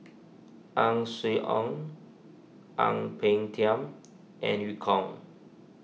Ang Swee Aun Ang Peng Tiam and Eu Kong